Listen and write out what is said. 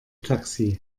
taxi